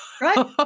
right